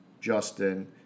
Justin